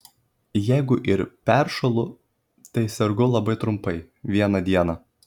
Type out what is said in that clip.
jeigu ir peršąlu tai sergu labai trumpai vieną dieną